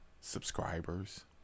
subscribers